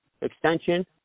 extension